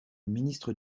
ministre